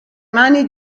mani